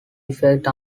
effect